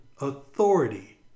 authority